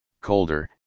colder